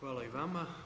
Hvala i vama.